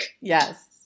Yes